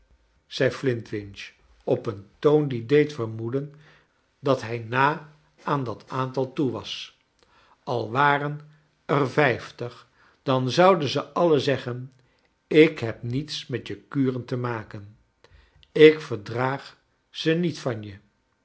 zei flintwinch op een toon die deed vermoeden dat hij na aan dat aantal toe was a waren er vijftig dan zouden ze alien zeggen ik heb niets met je kuren te maken ik verdraag ze niet van je